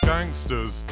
Gangsters